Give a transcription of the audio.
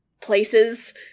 places